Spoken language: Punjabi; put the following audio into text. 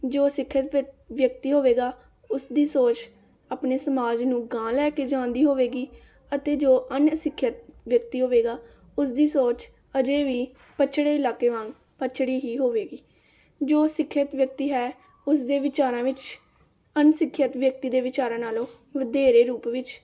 ਜੋ ਸਿੱਖਿਅਤ ਵਿ ਵਿਅਕਤੀ ਹੋਵੇਗਾ ਉਸ ਦੀ ਸੋਚ ਆਪਣੇ ਸਮਾਜ ਨੂੰ ਅਗਾਂਹ ਲੈ ਕੇ ਜਾਣ ਦੀ ਹੋਵੇਗੀ ਅਤੇ ਜੋ ਅਣਸਿੱਖਿਅਤ ਵਿਅਕਤੀ ਹੋਵੇਗਾ ਉਸ ਦੀ ਸੋਚ ਅਜੇ ਵੀ ਪਛੜੇ ਇਲਾਕੇ ਵਾਂਗ ਪੱਛੜੀ ਹੀ ਹੋਵੇਗੀ ਜੋ ਸਿੱਖਿਅਤ ਵਿਅਕਤੀ ਹੈ ਉਸ ਦੇ ਵਿਚਾਰਾਂ ਵਿੱਚ ਅਣਸਿੱਖਿਅਤ ਵਿਅਕਤੀ ਦੇ ਵਿਚਾਰਾਂ ਨਾਲੋਂ ਵਧੇਰੇ ਰੂਪ ਵਿੱਚ